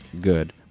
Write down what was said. good